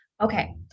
Okay